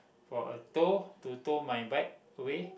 for a tow to tow my bike away